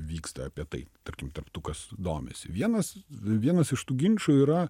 vyksta apie tai tarkim tarp tų kas domisi vienas vienas iš tų ginčų yra